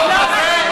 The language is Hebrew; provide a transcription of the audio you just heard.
לא חשוב החוק הזה?